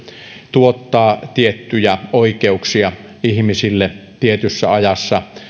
tuottaa tiettyjä oikeuksia ihmisille tietyssä ajassa